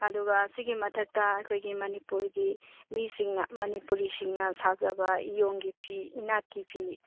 ꯑꯗꯨꯒ ꯁꯤꯒꯤ ꯃꯊꯛꯇ ꯑꯩꯈꯣꯏꯒꯤ ꯃꯅꯤꯄꯨꯔꯒꯤ ꯃꯤꯁꯤꯡꯅ ꯃꯅꯤꯄꯨꯔꯤꯁꯤꯡꯅ ꯁꯥꯖꯕ ꯏꯌꯣꯡꯒꯤ ꯐꯤ ꯏꯅꯥꯠꯀꯤ ꯐꯤ